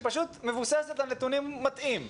היא פשוט מבוססת על נתונים מטעים.